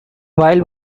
while